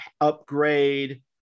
upgrade